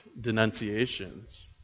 denunciations